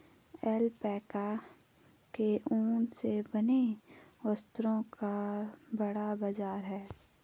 alpaca के ऊन से बने वस्त्रों का बड़ा बाजार है